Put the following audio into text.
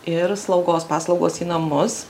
ir slaugos paslaugos į namus